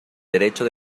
derecho